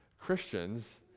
Christians